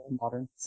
modern